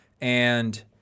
And-